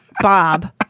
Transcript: Bob